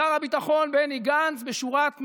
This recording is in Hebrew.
שר הביטחון בני גנץ, בשורת "מחוות"